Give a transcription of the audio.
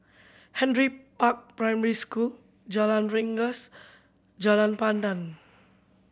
Henry Park Primary School Jalan Rengas Jalan Pandan